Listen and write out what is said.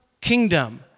kingdom